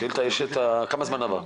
לשאילתה יש כמה זמן עבר?